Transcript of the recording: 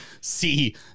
see